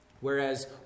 Whereas